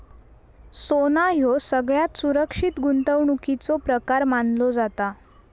सोना ह्यो सगळ्यात सुरक्षित गुंतवणुकीचो प्रकार मानलो जाता